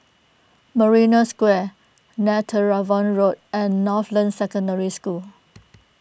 Marina Square Netheravon Road and Northland Secondary School